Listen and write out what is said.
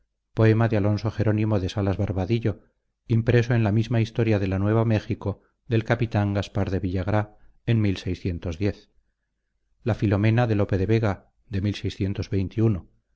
poema de alonso jerónimo de salas barbadillo impreso en la misma historia de la nueva méjico del capitán gaspar de villagrá en la filomena de lope de vega de